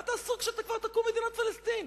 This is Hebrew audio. מה תעשו כשתקום מדינת פלסטין,